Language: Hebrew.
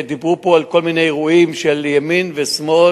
דיברו פה על כל מיני אירועים של ימין ושמאל,